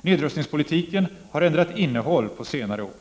Nedrustningspolitiken har ändrat innehåll på senare år.